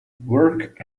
work